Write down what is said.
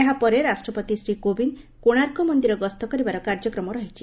ଏହାପରେ ରାଷ୍ଟ୍ରପତି ଶ୍ରୀ କୋବିନ୍ଦ କୋଶାର୍କ ମନ୍ଦିର ଗସ୍ତ କରିବାର କାର୍ଯ୍ୟକ୍ରମ ରହିଛି